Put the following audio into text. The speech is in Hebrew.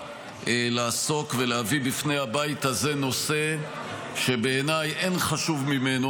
לעסוק ולהביא בפני הבית הזה נושא שבעיניי אין חשוב ממנו.